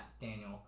daniel